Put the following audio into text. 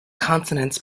consonants